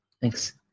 Thanks